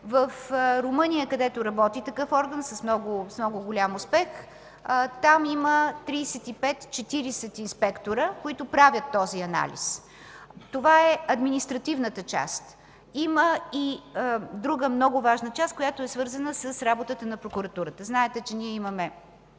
В Румъния, където работи такъв орган с много голям успех, там има 35-40 инспектора, които правят този анализ. Това е административната част. Има и друга много важна част, която е свързана с работата на прокуратурата. Знаете, че ние имаме